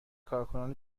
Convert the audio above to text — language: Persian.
کارکنان